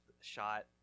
shot